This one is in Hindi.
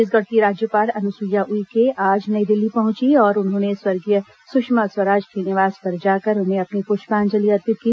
छत्तीसगढ़ की राज्यपाल अनुसुईया उइके आज नई दिल्ली पहुंची और उन्होंने स्वर्गीय सुषमा स्वराज के निवास पर जाकर उन्हें अपनी प्रष्पांजलि अर्पित की